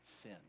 sin